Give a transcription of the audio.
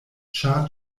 ĉar